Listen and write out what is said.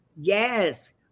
Yes